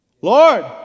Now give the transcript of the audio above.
Lord